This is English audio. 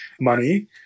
money